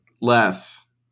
Less